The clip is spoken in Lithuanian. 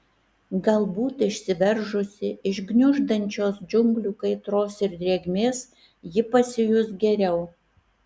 galbūt išsiveržusi iš gniuždančios džiunglių kaitros ir drėgmės ji pasijus geriau